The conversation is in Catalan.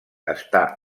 està